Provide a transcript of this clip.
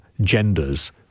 genders